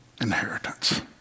inheritance